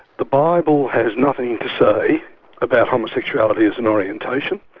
the bible has nothing to say about homosexuality as an orientation.